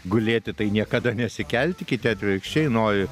gulėti tai niekada nesikelti kiti atvirkščiai nori